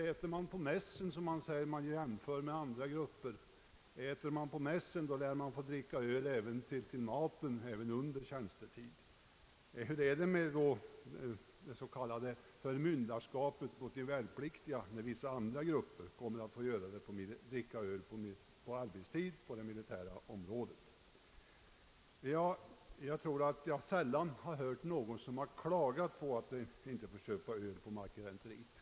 Äter man på mässen — som det heter när man jämför grupper i det militära — lär man få dricka öl till maten även under tjänstetid. Vad skall vi då säga om det s.k. förmynderskapet över de värnpliktiga när en del andra grupper på det militära området tillåts dricka öl under tjänstetid? Jag tror mig sällan ha hört någon klaga över att inte få köpa öl på marketenteriet.